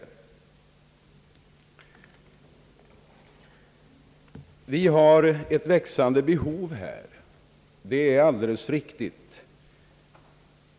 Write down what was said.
Vi har ett växande behov här, det är alldeles riktigt.